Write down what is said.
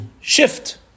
shift